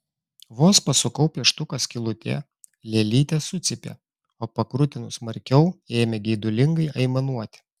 vos pasukau pieštuką skylutėje lėlytė sucypė o pakrutinus smarkiau ėmė geidulingai aimanuoti